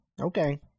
Okay